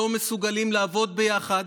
לא מסוגלים לעבוד ביחד,